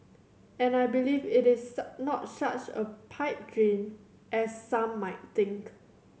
and I believe it is not such a pipe dream as some might think